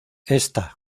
esta